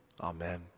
Amen